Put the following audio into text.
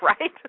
right